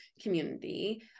community